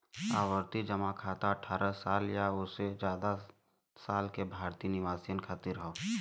आवर्ती जमा खाता अठ्ठारह साल या ओसे जादा साल के भारतीय निवासियन खातिर हौ